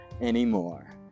anymore